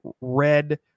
red